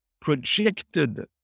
projected